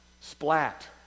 Splat